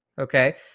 Okay